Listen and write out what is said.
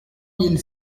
mille